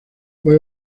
fue